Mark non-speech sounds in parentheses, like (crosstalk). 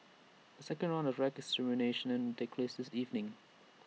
A second round of rat extermination will take (unintelligible) evening